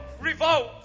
Revolt